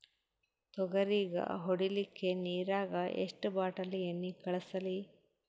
ತೊಗರಿಗ ಹೊಡಿಲಿಕ್ಕಿ ನಿರಾಗ ಎಷ್ಟ ಬಾಟಲಿ ಎಣ್ಣಿ ಕಳಸಲಿ?